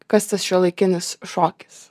kas tas šiuolaikinis šokis